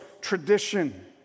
tradition